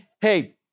Hey